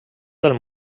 del